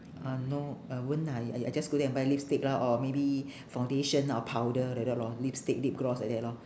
uh no uh won't lah I I just go there and buy lipstick lah or maybe foundation or powder like that lor lipstick lip gloss like that lor